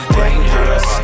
dangerous